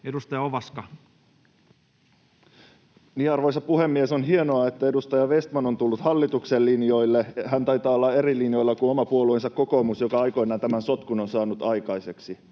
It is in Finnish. Edustaja Ovaska. Arvoisa puhemies! On hienoa, että edustaja Vestman on tullut hallituksen linjoille. Hän taitaa olla eri linjoilla kuin oma puolueensa kokoomus, joka aikoinaan tämän sotkun on saanut aikaiseksi.